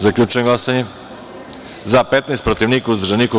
Zaključujem glasanje: za – 15, protiv – niko, uzdržanih – nema.